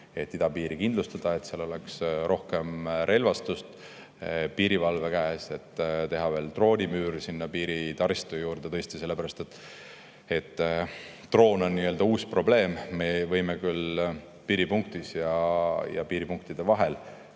et idapiiri kindlustada, et seal oleks rohkem relvastust piirivalve käes. Tuleks teha veel droonimüür piiritaristu juurde, sest droon on nii-öelda uus probleem. Me võime küll piiripunktis ja piiripunktide vahel